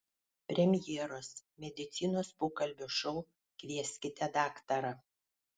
premjeros medicinos pokalbių šou kvieskite daktarą